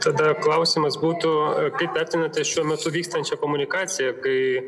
tada klausimas būtų kaip vertinate šiuo metu vykstančią komunikaciją kai